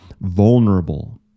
vulnerable